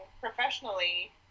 professionally